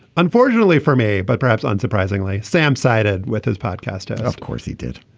unfortunately for me but perhaps unsurprisingly sam sided with his podcast. of course he did.